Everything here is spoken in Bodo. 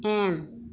एम